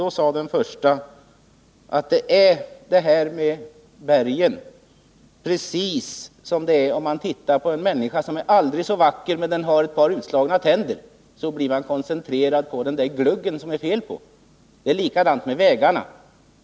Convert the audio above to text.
Då sade den förste: Det är med bergen precis som med en människa som är aldrig så vacker men har ett par utslagna tänder. Blicken koncentreras på det som det är fel på, på den glugg som finns. Det är likadant med vägarna.